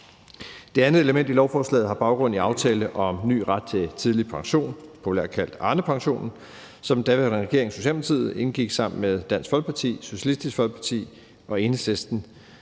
Det andet element i lovforslaget har baggrund i aftalen om ny ret til tidlig pension, populært kaldet Arnepensionen, som den daværende socialdemokratiske regering indgik sammen med Dansk Folkeparti, Socialistisk Folkeparti og Enhedslisten